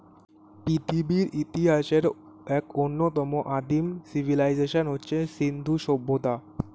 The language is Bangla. পৃথিবীর ইতিহাসের এক অন্যতম আদিম সিভিলাইজেশন হচ্ছে সিন্ধু সভ্যতা